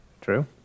true